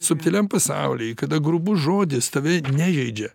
subtiliam pasauly kada grubus žodis tave nežeidžia